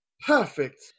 perfect